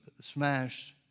smashed